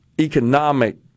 economic